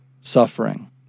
suffering